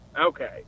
Okay